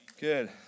Good